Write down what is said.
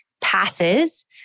passes